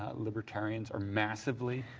libertarians are massively,